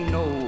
no